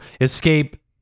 escape